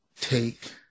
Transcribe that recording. take